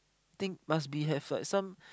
think must be have like some